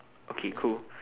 okay cool